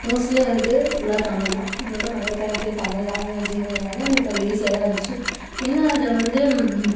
mostly வந்து ஃபுல்லாக தமிழ் தான் என்னோட மதர் டங்க்கே தமிழ் லேங்குவேஜிங்கிறதுனால் எனக்கு அது ஈஸியாக தான் இருந்துச்சு என்ன அதில் வந்து